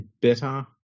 better